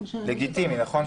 לגיטימי, נכון?